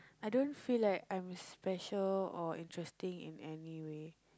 I don't feel like I'm special or interesting in any way